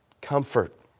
comfort